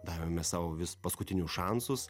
davėme sau vis paskutinius šansus